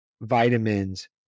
vitamins